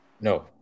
No